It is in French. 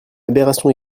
aberration